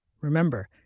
Remember